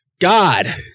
God